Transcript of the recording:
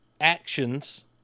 actions